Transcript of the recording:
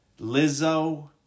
Lizzo